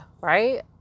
right